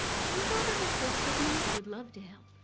can you go over this list with me? i would love to